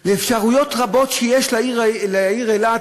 לאפשרויות רבות שיש לעיר אילת,